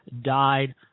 died